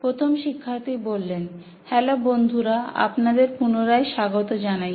প্রথম শিক্ষার্থী হ্যালো বন্ধুরা আপনাদের পুনরায় স্বাগত জানাই